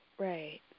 Right